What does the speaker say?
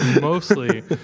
Mostly